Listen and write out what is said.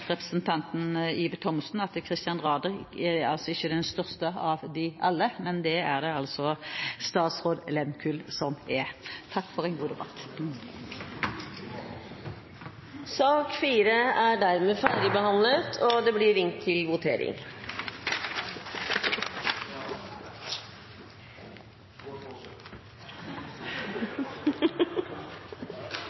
representanten Ib Thomsen: Det er altså ikke «Christian Radich» som er den største av dem alle, det er det «Statsraad Lehmkuhl» som er. Takk for en god debatt. Sak nr. 4 er dermed ferdigbehandlet. Vi er da klare til å gå til votering.